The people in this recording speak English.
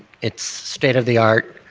it's state of the art,